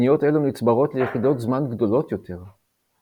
שניות אלו נצברות ליחידות זמן גדולות יותר.